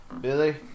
Billy